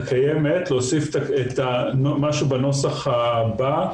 להוסיף משהו בנוסח הבא: